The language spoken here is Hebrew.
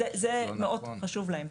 זה מאוד חשוב להן.